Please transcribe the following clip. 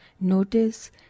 notice